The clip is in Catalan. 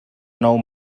nou